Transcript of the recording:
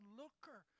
looker